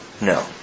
No